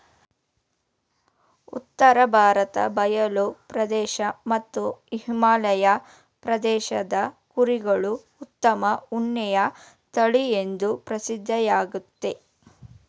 ಉತ್ತರ ಭಾರತ ಬಯಲು ಪ್ರದೇಶ ಮತ್ತು ಹಿಮಾಲಯ ಪ್ರದೇಶದ ಕುರಿಗಳು ಉತ್ತಮ ಉಣ್ಣೆಯ ತಳಿಎಂದೂ ಪ್ರಸಿದ್ಧವಾಗಯ್ತೆ